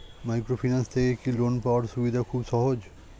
Microfinance থেকে কি loan পাওয়ার সুবিধা খুব সহজ?